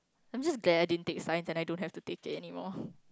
I'm just glad I didn't take science and I don't have to take it anymore